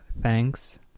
thanks